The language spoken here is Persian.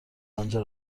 آنجا